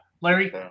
Larry